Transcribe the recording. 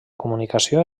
comunicació